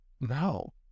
no